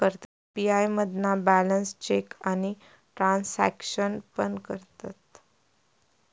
UPI मधना balance check आणि transaction पण करतत